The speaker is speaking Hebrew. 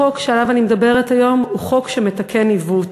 החוק שעליו אני מדברת היום הוא חוק שמתקן עיוות,